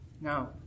No